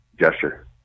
Gesture